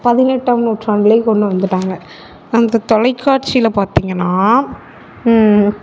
பதினெட்டாம் நூற்றாண்டிலே கொண்டு வந்துவிட்டாங்க அந்த தொலைக்காட்சியில் பார்த்தீங்கன்னா